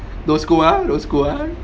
don't scold ah don't scold ah